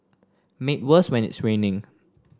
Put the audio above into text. made worse when it's raining